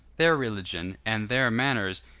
their religion, and their manners,